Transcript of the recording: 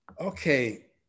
Okay